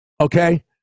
okay